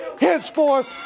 henceforth